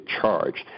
charged